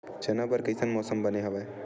चना बर कइसन मौसम बने हवय?